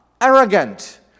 arrogant